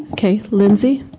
okay, lindsay?